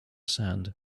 sand